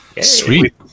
Sweet